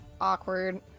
awkward